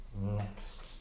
next